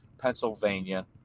Pennsylvania